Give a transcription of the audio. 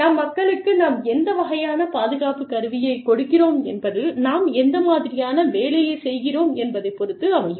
நம் மக்களுக்கு நாம் எந்த வகையான பாதுகாப்பு கருவியைக் கொடுக்கிறோம் என்பது நாம் எந்த மாதிரியான வேலையைச் செய்கிறோம் என்பதை பொறுத்து அமையும்